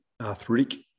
arthritic